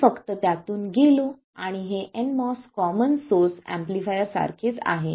मी फक्त त्यातून गेलो आणि हे nMOS कॉमन सोर्स एम्पलीफायर सारखेच आहे